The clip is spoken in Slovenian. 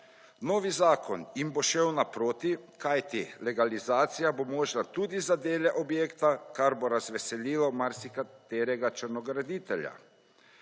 Novi zakon jim bo šel naproti, kajti legalizacija bo možna tudi za dele objekte, kar bo razveselilo marsikaterega črnograditelja.